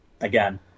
Again